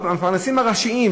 המפרנסים הראשיים,